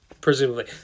Presumably